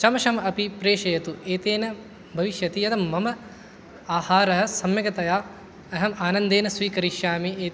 चमसम् अपि प्रेषयतु एतेन भविष्यति यत् मम आहारं सम्यक्तया अहम् आनन्देन स्वीकरिष्यामि इ